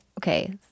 Okay